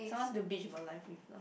someone to bitch about life with lah